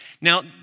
Now